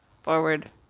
Forward